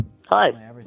Hi